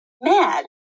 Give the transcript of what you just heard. mad